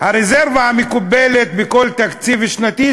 הרזרבה המקובלת בכל תקציב שנתי,